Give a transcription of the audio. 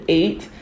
eight